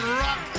rock